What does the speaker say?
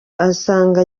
asanga